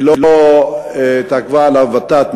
שלא התעכבה עליו ות"ת,